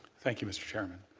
thank you mr. chairman.